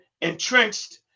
entrenched